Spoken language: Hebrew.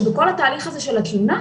שבכל התהליך הזה של התלונה,